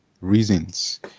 reasons